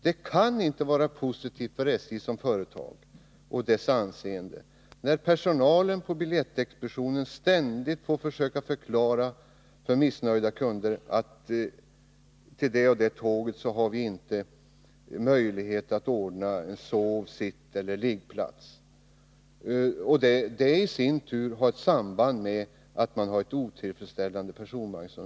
Det kan inte vara positivt för SJ som företag eller för SJ:s anseende att personalen på biljettexpeditionerna ständigt måste försöka förklara för missnöjda kunder varför det inte finns möjlighet att ordna sov-, sitteller liggplatsbiljetter. Detta i sin tur har ett samband med att personvagnsunderhållet är otillfredsställande.